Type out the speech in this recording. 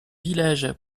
village